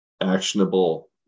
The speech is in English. actionable